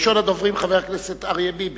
ראשון הדוברים, חבר הכנסת אריה ביבי,